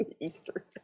easter